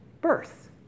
birth